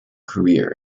career